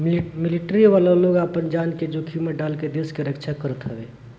military वाला लोग आपन जान के जोखिम में डाल के देस के रक्षा करत हवे